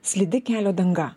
slidi kelio danga